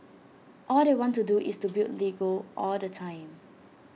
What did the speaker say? all they want to do is build Lego all the time